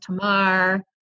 Tamar